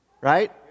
right